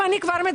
אם אני מדברת,